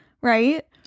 right